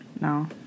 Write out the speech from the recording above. No